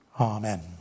Amen